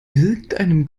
irgendeinem